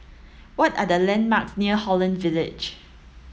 what are the landmarks near Holland Village